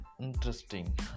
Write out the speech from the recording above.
interesting